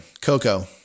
Coco